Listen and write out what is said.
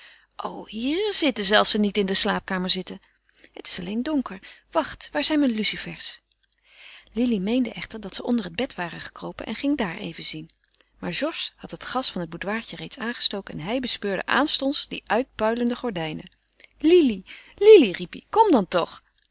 o hier zitten ze als ze niet in de slaapkamer zitten hier is het alleen donker wacht waar zijn mijn lucifers lili meende echter dat ze onder het bed waren gekropen en ging daar even zien maar georges had het gas van het boudoirtje reeds aangestoken en hij bespeurde aanstonds die uitpuilende gordijnen lili lili riep hij kom dan toch